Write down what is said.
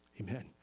amen